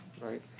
right